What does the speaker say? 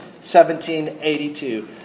1782